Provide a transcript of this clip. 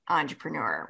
entrepreneur